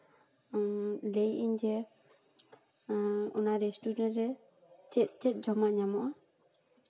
ᱞᱟᱹᱭ ᱮᱜ ᱤᱧ ᱡᱮ ᱚᱱᱟ ᱨᱮᱥᱴᱩᱨᱮᱱᱴ ᱨᱮ ᱪᱮᱫ ᱪᱮᱫ ᱡᱚᱢᱟᱜ ᱧᱟᱢᱚᱜᱼᱟ